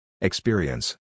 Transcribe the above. Experience